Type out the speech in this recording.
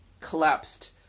collapsed